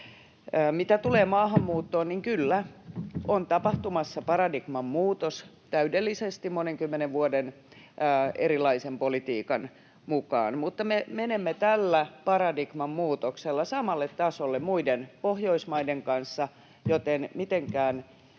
Mitä tulee maahanmuuttoon, niin kyllä, on tapahtumassa paradigman muutos täydellisesti monen kymmenen vuoden erilaisen politiikan mukaan. [Laura Huhtasaari: Ja kiitos siitä!] Mutta me menemme tällä paradigman muutoksella samalle tasolle muiden Pohjoismaiden kanssa, joten mitenkään